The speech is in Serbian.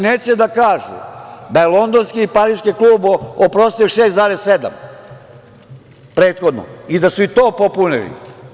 Neće da kažu da je londonski i pariski klub oprostio 6,7 prethodno i da su i to popunili.